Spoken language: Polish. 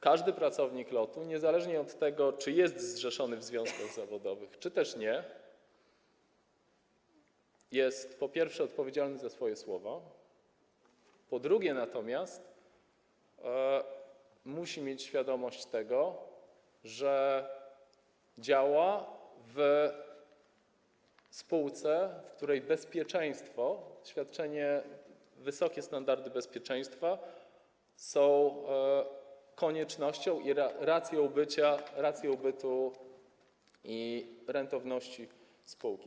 Każdy pracownik LOT-u - niezależnie od tego, czy jest zrzeszony w związkach zawodowych, czy też nie - jest, po pierwsze, odpowiedzialny za swoje słowa, a po drugie, musi mieć świadomość tego, że działa w spółce, w której bezpieczeństwo, wysokie standardy bezpieczeństwa są koniecznością i racją bytu i rentowności spółki.